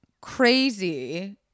crazy